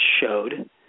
showed